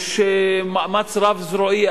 יש מאמץ רב-זרועי,